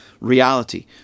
reality